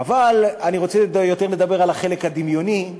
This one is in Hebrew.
אבל אני רוצה יותר לדבר על החלק הדמיוני,